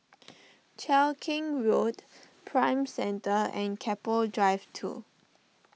Cheow Keng Road Prime Centre and Keppel Drive two